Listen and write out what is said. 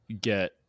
get